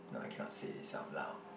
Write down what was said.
no I cannot say this out loud